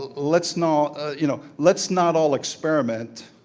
let's not you know let's not all experiment,